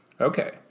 Okay